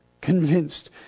convinced